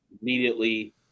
immediately